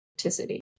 authenticity